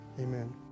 Amen